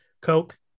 Coke